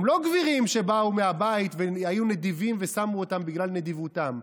הם לא גבירים שבאו מהבית והיו נדיבים ושמו אותם בגלל נדיבותם,